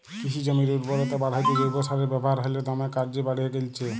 কিসি জমির উরবরতা বাঢ়াত্যে জৈব সারের ব্যাবহার হালে দমে কর্যে বাঢ়্যে গেইলছে